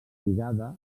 lligada